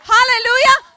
Hallelujah